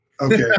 Okay